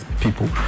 people